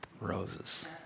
Roses